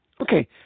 Okay